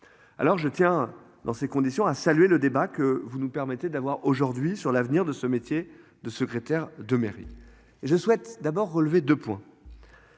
Alors je tiens dans ces conditions, a salué le débat que vous nous permettait d'avoir aujourd'hui sur l'avenir de ce métier de secrétaire de mairie. Je souhaite d'abord relevé de points.